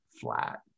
flat